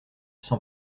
sans